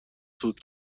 سود